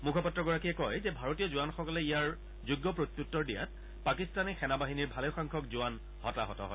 মুখপাত্ৰগৰাকীয়ে কয় যে ভাৰতীয় জোৱানসকলে ইয়াৰ যোগ্য প্ৰত্যুত্তৰ দিয়াত পাকিস্তানী সেনা বাহিনীৰ ভালেসংখ্যক জোৱান হতাহত হয়